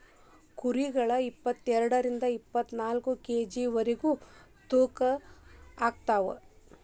ಕುರಿಗಳ ಇಪ್ಪತೆರಡರಿಂದ ಇಪ್ಪತ್ತನಾಕ ಕೆ.ಜಿ ವರೆಗು ತೂಗತಾವಂತ